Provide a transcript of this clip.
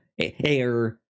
air